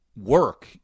work